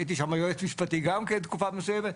הייתי שם היועץ המשפטי גם כן לתקופה מסוימת,